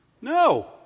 No